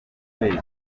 kwezi